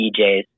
DJs